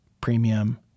premium